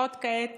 וחוסכות כעת